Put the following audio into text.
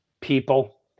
people